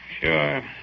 sure